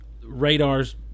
radars